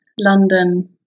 London